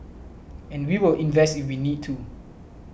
and we will invest if we need to